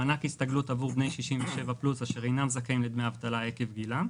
מענק הסתגלות עבור בני 67 פלוס אשר אינם זכאים לדמי אבטלה עקב גילם.